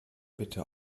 bitte